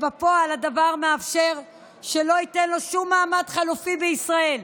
בפועל הדבר מאפשר שלא יינתן לו שום מעמד חלופי בישראל,